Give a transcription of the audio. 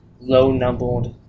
low-numbered